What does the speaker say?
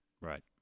Right